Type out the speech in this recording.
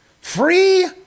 Free